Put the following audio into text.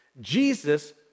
Jesus